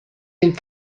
den